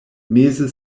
meze